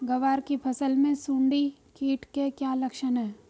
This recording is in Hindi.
ग्वार की फसल में सुंडी कीट के क्या लक्षण है?